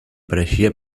pareixia